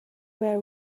were